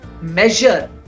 measure